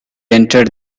entered